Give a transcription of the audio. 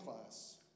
class